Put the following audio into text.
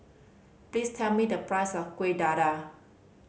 please tell me the price of Kueh Dadar